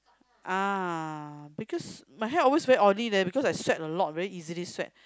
ah because my hair always very oily leh because I sweat a lot very easily sweat